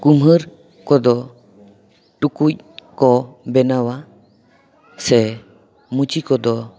ᱠᱩᱢᱟᱹᱨ ᱠᱚᱫᱚ ᱴᱩᱠᱩᱡ ᱠᱚ ᱵᱮᱱᱟᱣᱟ ᱥᱮ ᱢᱩᱪᱤ ᱠᱚᱫᱚ